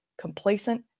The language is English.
complacent